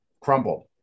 crumbled